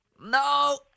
No